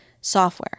software